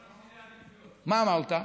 אמרתי: